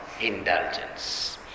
indulgence